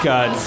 God